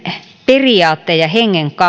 periaatteen ja hengen